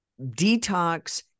detox